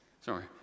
Sorry